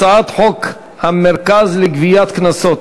הצעת חוק המרכז לגביית קנסות,